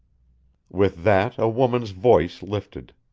with that a woman's voice lifted.